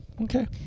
okay